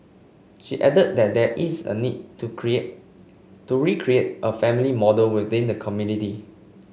she added that there is a need to create to recreate a family model within the community